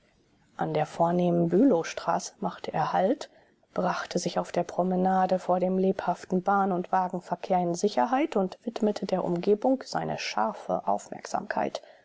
an der vornehmen bülowstraße machte er halt brachte sich auf der promenade vor dem lebhaften bahn und wagenverkehr in sicherheit und widmete der umgebung seine scharfe aufmerksamkeit